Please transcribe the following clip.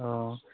अह